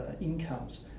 incomes